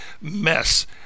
mess